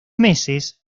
meses